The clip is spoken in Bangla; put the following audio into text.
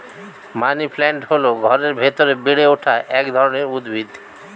মানিপ্ল্যান্ট হল ঘরের ভেতরে বেড়ে ওঠা এক ধরনের উদ্ভিদ